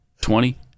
twenty